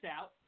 out